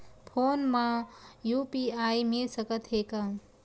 Phone मा UPI मिल सकत हे का?